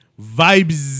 vibes